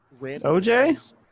OJ